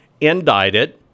indicted